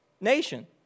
nation